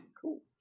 Cool